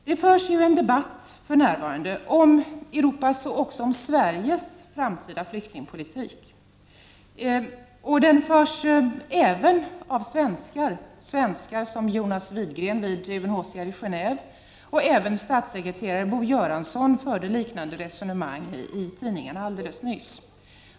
Det förs för närvarande en debatt om Europas och Sveriges framtida flyktingpolitik, även av svenskar, som Jonas Widgren vid UNHCR i Gen&ve och statssekreterare Bo Göransson, som har fört liknande resonemang i tidningen helt nyligen.